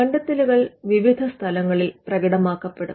കണ്ടത്തെലുകൾ വിവിധ സ്ഥലങ്ങളിൽ പ്രകടമാക്കപ്പെടും